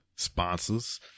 sponsors